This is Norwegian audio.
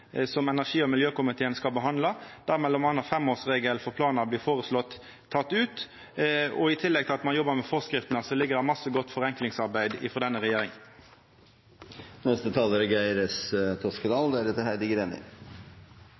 som energi- og miljøkomiteen skal behandla – der ein m.a. føreslår å ta ut femårsregelen for planar. I tillegg til at ein jobbar med forskriftene, ligg det føre mykje godt forenklingsarbeid frå denne